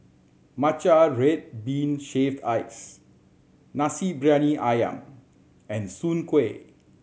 matcha red bean shaved ice Nasi Briyani Ayam and soon kway